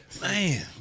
Man